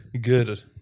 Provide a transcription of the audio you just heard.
Good